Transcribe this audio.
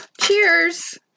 cheers